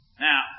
Now